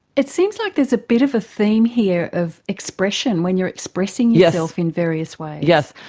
it seems like there's a bit of a theme here of expression, when you are expressing yourself in various ways. yes,